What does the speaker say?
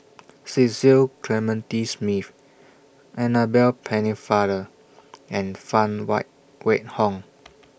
Cecil Clementi Smith Annabel Pennefather and Phan Why Wait Hong